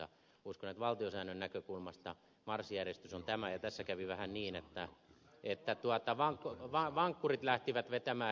uskon että valtiosäännön näkökulmasta marssijärjestys on tämä ja tässä kävi vähän niin että vankkurit lähtivät vetämään hevosta